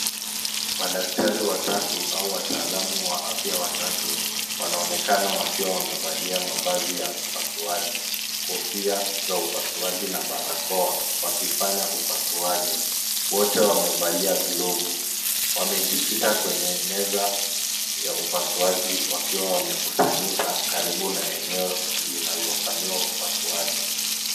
Madaktari watatu au wataalam wa afya watatu wanaonekana wakiwa wamevalia mavazi ya upasuaji, kofia za upasuaji na barakoa wakifanya upasuaji. Wote wamevalia glovu. Wamejikita kwenye meza ya upasuaji wakiwa wamekusanyika karibu na eneo linalofanyiwa upasuaji.